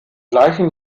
gleichen